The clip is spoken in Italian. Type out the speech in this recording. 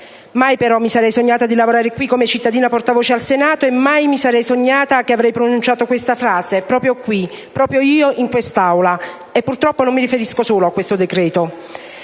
Mai però mi sarei sognata di lavorare qui come cittadina portavoce al Senato e mai mi sarei sognata che avrei pronunciato questa frase, proprio qui, proprio io in quest'Aula. E purtroppo non mi riferisco solo a questo decreto.